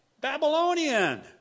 Babylonian